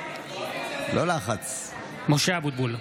(קורא בשמות חברי הכנסת) משה אבוטבול,